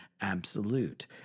absolute